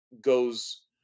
goes